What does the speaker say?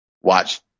watch